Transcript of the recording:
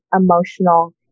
emotional